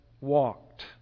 walked